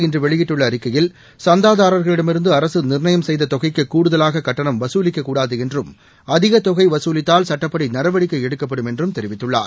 இன்றுவெளியிட்டுள்ளஅறிக்கையில் இக்கொடர்பாக சந்தாதாரர்களிடமிருந்துஅரசுநிர்ணயம் செய்ததொகைக்குகூடுதலாககடடணம் வசூலிக்கக்கூடாதுஎன்றும் அதிக்தொகைவசூலித்தால் சட்டப்படிநடவடிக்கைஎடுக்கப்படும் என்றும் தெரிவித்துள்ளார்